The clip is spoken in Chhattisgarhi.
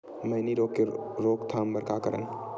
मैनी रोग के रोक थाम बर का करन?